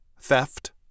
theft